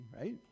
right